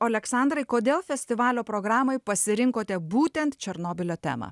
oleksandrai kodėl festivalio programai pasirinkote būtent černobylio temą